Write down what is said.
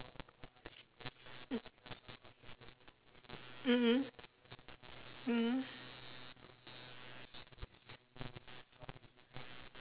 mm mm mm mm